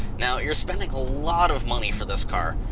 now you're spending a lot of money for this car.